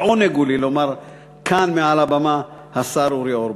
לעונג הוא לי לומר כאן מעל הבמה השר אורי אורבך.